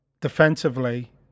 defensively